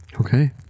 okay